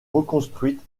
reconstruite